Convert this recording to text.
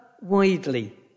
widely